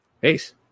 Peace